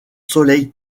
soleil